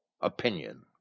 opinion